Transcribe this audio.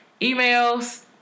emails